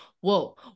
whoa